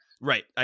Right